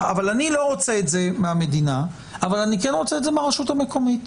אני לא רוצה את זה מהמדינה אבל כן רוצה את זה מהרשות המקומית.